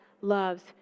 loves